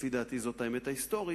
ולפי דעתי זו האמת ההיסטורית,